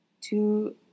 two